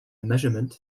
measurement